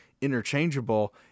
interchangeable